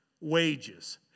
wages